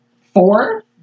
four